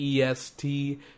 EST